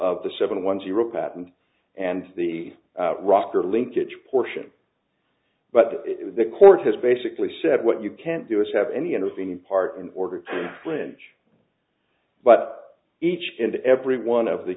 the seven one zero patent and the rocker linkage portion but the court has basically said what you can't do is have any intervening part in order to clinch but each and every one of the